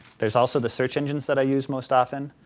there's also the search engines that i use most often,